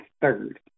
third